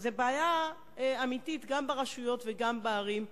וזו בעיה אמיתית גם ברשויות וגם בערים,